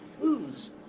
booze